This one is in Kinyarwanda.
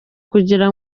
kugira